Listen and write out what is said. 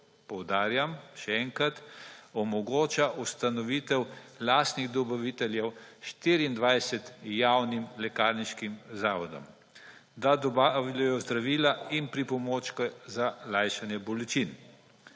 poudarjam še enkrat, omogoča ustanovitev lastnih dobaviteljev 24 javnim lekarniškim zavodom, da dobavljajo zdravila in pripomočke za lajšanje bolečin.